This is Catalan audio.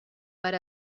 per